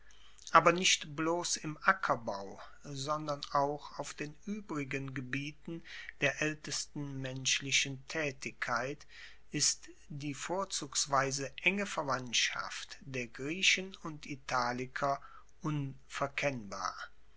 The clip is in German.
aber nicht bloss im ackerbau sondern auch auf den uebrigen gebieten der aeltesten menschlichen taetigkeit ist die vorzugsweise enge verwandtschaft der griechen und italiker unverkennbar